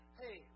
hey